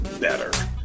better